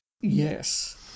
Yes